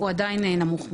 הוא עדיין נמוך מאוד.